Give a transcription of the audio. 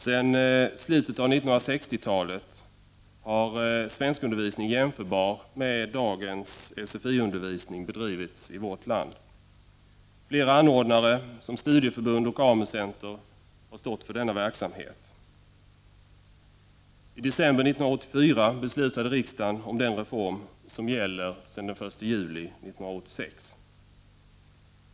Sedan slutet av 1960-talet har svenskundervisning, jämförbar med dagens sfi-undervisning, bedrivits i vårt land. Flera anordnare, som studieförbund och AMU-center, har stått för denna verksamhet. I december 1984 beslutade riksdagen om den reform som gäller sedan den 1 juli 1986.